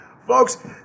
Folks